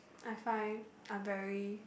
I find I'm very